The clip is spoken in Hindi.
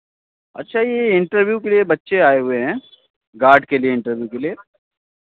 अच्छा यह इंटरव्यू के लिए बच्चे आए हुए हैं गार्ड के लिए इंटरव्यू के लिए